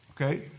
Okay